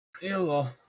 Hello